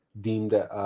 deemed